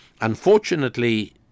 unfortunately